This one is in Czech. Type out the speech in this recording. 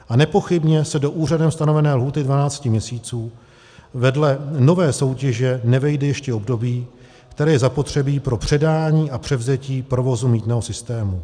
A nepochybně se do úřadem stanovené lhůty 12 měsíců vedle nové soutěže nevejde ještě období, které je zapotřebí pro předání a převzetí provozu mýtného systému.